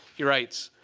he writes,